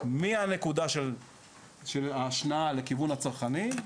מהנקודה של ההשנאה לכיוון הצרכני,